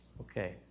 Okay